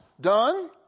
Done